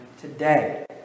today